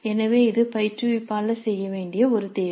எனவே இது பயிற்றுவிப்பாளர் செய்ய வேண்டிய ஒரு தேர்வு